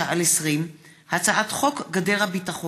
פ/5159/20 וכלה בהצעת חוק פ/5190/20: הצעת חוק גדר הביטחון,